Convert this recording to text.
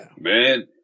man